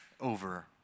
over